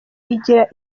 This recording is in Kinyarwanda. igira